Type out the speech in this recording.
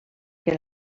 que